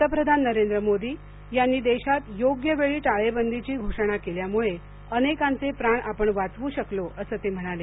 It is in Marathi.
पंतप्रधान नरेंद्र मोदी यांनी देशात योग्य वेळी टाळेबंदीची घोषणा केल्यामुळे अनेकांचे प्राण आपण वाचवू शकलो असं ते म्हणाले